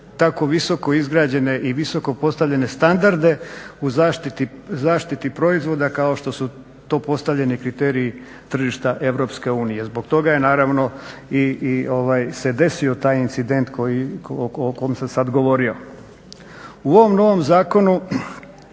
tako visoko izgrađene i visoko postavljene standarde u zaštiti proizvoda kao što su to postavljeni kriteriji tržišta Europske unije. Zbog toga se naravno i desio taj incident o kom sam sad govorio. U ovom novom zakonu